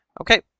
Okay